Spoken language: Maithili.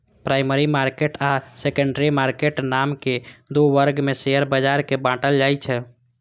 प्राइमरी मार्केट आ सेकेंडरी मार्केट नामक दू वर्ग मे शेयर बाजार कें बांटल जाइ छै